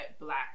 black